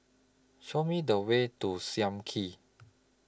Show Me The Way to SAM Kee